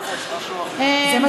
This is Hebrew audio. זה מה שאמרתי,